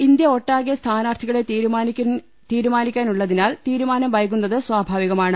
India ഒട്ടാകെ സ്ഥാനാർത്ഥികളെ തീരുമാനിക്കാനുള്ളതിനാൽ തീരുമാനം വൈകുന്നത് സ്വാഭാവികമാണ്